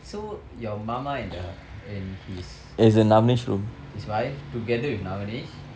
so your mama and the and his his wife together with navinesh